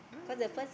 mm